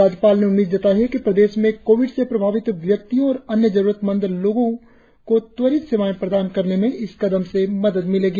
राज्यपाल ने उम्मीद जताई है कि प्रदेश में कोविड से प्रभावित व्यक्तियों और अन्य जरुरतमंद लोगों को त्वरित सेवाएं प्रदान करने में इस कदम से मदद मिलेगी